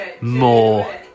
more